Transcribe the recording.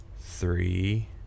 three